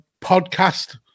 podcast